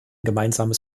gemeinsames